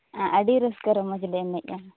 ᱟᱨ ᱟᱹᱰᱤ ᱨᱟᱹᱥᱠᱟᱹ ᱨᱮᱢᱮᱡᱽ ᱞᱮ ᱮᱱᱮᱡᱼᱟ